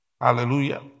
Hallelujah